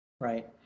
Right